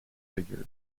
figures